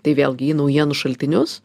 tai vėlgi į naujienų šaltinius